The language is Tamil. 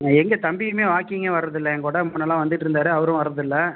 எங்கள் தம்பியுமே வாக்கிங்கே வரதில்லை என்கூட முன்னேலாம் வந்துட்டு இருந்தார் அவரும் வரதில்லை